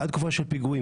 הייתה תקופה של פיגועים,